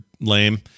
lame